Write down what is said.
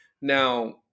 Now